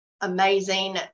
amazing